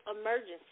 emergency